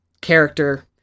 character